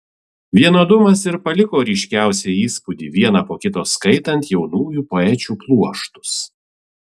vienodumas ir paliko ryškiausią įspūdį vieną po kito skaitant jaunųjų poečių pluoštus